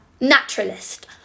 naturalist